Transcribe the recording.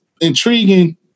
intriguing